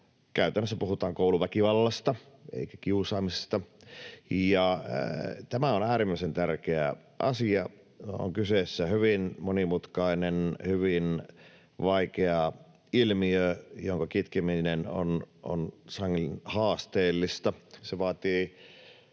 käytännössä puhutaan kouluväkivallasta eikä kiusaamisesta. Tämä on äärimmäisen tärkeä asia. On kyseessä hyvin monimutkainen, hyvin vaikea ilmiö, jonka kitkeminen on sangen haasteellista. Se vaatii